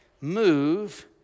move